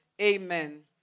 Amen